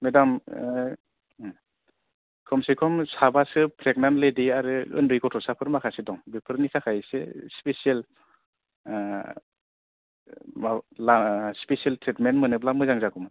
मेदाम खमसेखम साबासो pregnant lady आरो ओन्दै गथसाफोर माखासे दं बेफोरनि थाखाय एसे स्पिसियेल ला स्पिसियेल ट्रिटमेन्ट मोनोब्ला मोजां जागौमोन